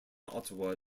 ottawa